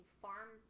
farm